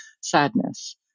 sadness